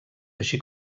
així